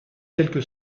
quelque